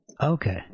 Okay